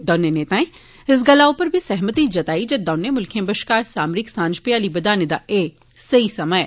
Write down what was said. दौनें नेताएं इस गल्ला उप्पर बी सहमति जताई जे दौनें मुल्खे बश्कार सामरिक सांझ म्याली बदाने दा एह सेई समां ऐ